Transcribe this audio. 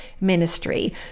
ministry